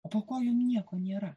o po kojom nieko nėra